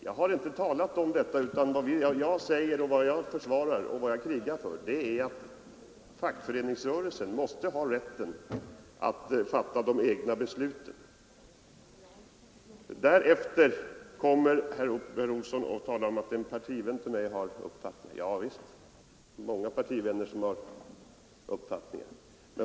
Jag har inte talat om det, utan vad jag försvarar och krigar för är fackföreningsrörelsens rätt att fatta de egna besluten. Därefter talade herr Olsson om att en partivän till mig har annan uppfattning. Ja visst, många partivänner har andra uppfattningar.